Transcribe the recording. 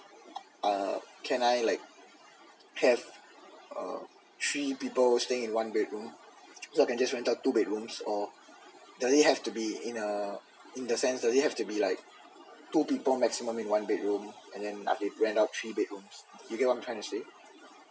uh can I like have uh three people staying in one bedroom so I can just rent out two bedrooms or they'll have to be in uh in the sense that they'll have to be like two people maximum in one bedroom and then I can rent out three bedrooms you get what I'm trying to say